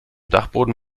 dachboden